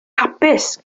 hapus